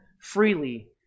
freely